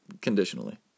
conditionally